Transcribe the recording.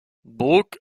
brooke